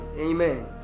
Amen